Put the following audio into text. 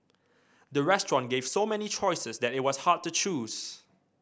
the restaurant gave so many choices that it was hard to choose